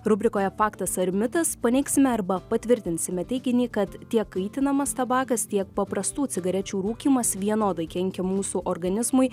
rubrikoje faktas ar mitas paneigsime arba patvirtinsime teiginį kad tiek kaitinamas tabakas tiek paprastų cigarečių rūkymas vienodai kenkia mūsų organizmui